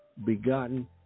Begotten